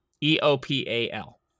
E-O-P-A-L